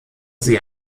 sie